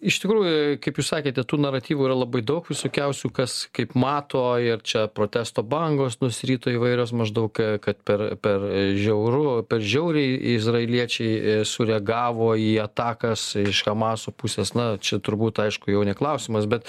iš tikrųjų kaip jūs sakėte tų naratyvų yra labai daug visokiausių kas kaip mato ir čia protesto bangos nusirito įvairios maždaug kad per per žiauru per žiauriai izraeliečiai sureagavo į atakas iš hamaso pusės na čia turbūt aišku jau ne klausimas bet